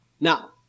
Now